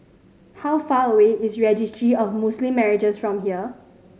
how far away is Registry of Muslim Marriages from here